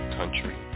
country